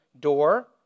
door